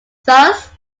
thus